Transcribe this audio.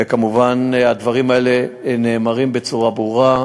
וכמובן, הדברים האלה נאמרים בצורה ברורה.